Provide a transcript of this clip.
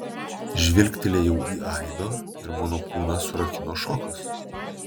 žvilgtelėjau į aido ir mano kūną surakino šokas